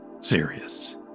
serious